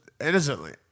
innocently